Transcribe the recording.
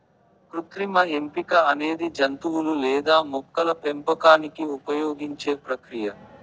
కృత్రిమ ఎంపిక అనేది జంతువులు లేదా మొక్కల పెంపకానికి ఉపయోగించే ప్రక్రియ